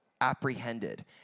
apprehended